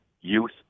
youth